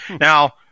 Now